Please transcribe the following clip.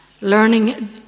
learning